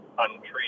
untreated